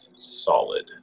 solid